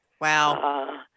Wow